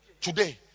Today